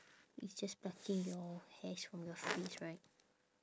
it's just plucking your hairs from your face right